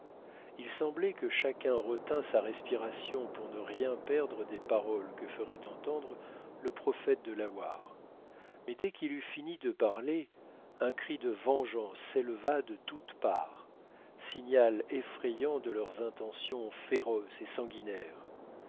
il semblait que chacun retint sa respiration pour ne rien perdre des paroles que ferait entendre le prophète delaware mais dès qu'il eut fini de parler un cri de vengeance s'éleva de toutes parts signal effrayant de leurs intentions féroces et sanguinaires